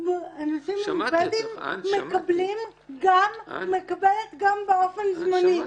אני מקבלת גם באופן זמני.